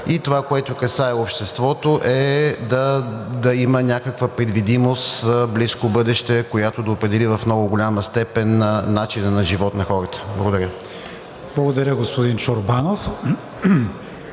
и това, което касае обществото, е да има някаква предвидимост за близко бъдеще, която да определи в много голяма степен начина на живот на хората. Благодаря. ПРЕДСЕДАТЕЛ КРИСТИАН